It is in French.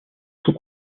sous